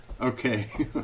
okay